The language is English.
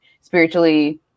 spiritually